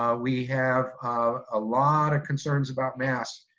um we have a lot of concerns about masks.